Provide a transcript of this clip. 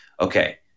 okay